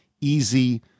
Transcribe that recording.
easy